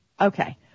Okay